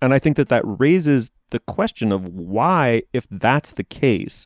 and i think that that raises the question of why if that's the case